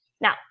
Now